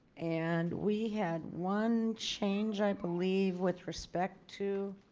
and we had one change i believe with respect to.